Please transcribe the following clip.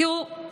תראו,